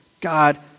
God